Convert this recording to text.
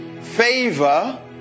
favor